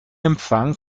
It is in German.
empfang